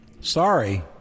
sorry